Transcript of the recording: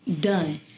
done